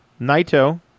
Naito